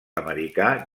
americà